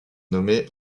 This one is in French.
nommée